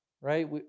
right